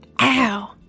Ow